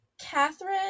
Catherine